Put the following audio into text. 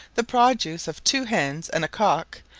the produce of two hens and a cock,